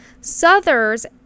Souther's